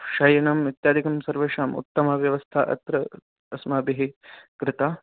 शयनम् इत्यादिकं सर्वेषाम् उत्तमव्यवस्था अत्र अस्माभिः कृता